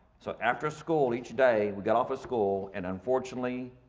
so after school each day, we got off of school and unfortunately,